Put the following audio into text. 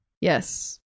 Yes